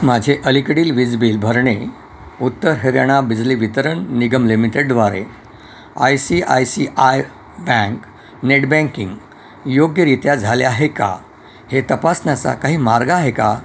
माझे अलीकडील वीज बिल भरणे उत्तर हरियाणा बिजली वितरण निगम लिमिटेडद्वारे I C I C I bank net banking योग्यरीत्या झाले आहे का हे तपासण्यासा काही मार्ग आहे का